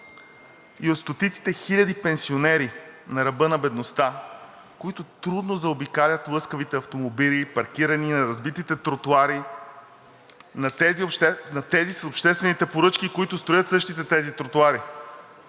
и от стотиците хиляди пенсионери на ръба на бедността, които трудно заобикалят лъскавите автомобили, паркирани на разбитите тротоари – на тези с обществените поръчки, които строят същите тези тротоари.